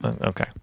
Okay